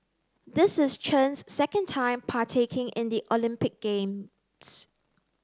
this is Chen's second time partaking in the Olympic games